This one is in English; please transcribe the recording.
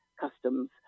customs